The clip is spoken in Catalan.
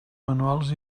manuals